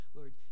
Lord